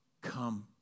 come